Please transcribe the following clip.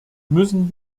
müssen